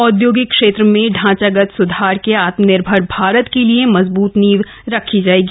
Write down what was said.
औदयोगिक क्षेत्र में ढांचागत सुधार से आत्मनिर्भर भारत के लिए मजबूत नींव रखी जाएगी